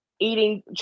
eating